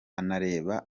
anareba